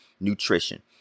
nutrition